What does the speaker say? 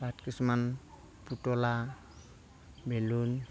তাত কিছুমান পুতলা বেলুন